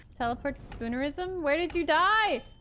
teleport to spoonerism. where did you die?